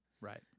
Right